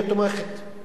היא תומכת.